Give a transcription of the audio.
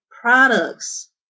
products